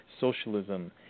socialism